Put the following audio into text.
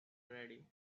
ready